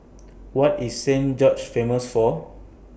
What IS Saint George's Famous For